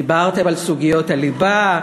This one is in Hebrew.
דיברתם על סוגיות הליבה?